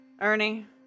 Ernie